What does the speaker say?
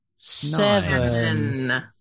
Seven